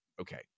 okay